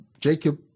Jacob